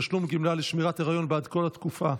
תשלום גמלה לשמירת היריון בעד כל התקופה),